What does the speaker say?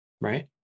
right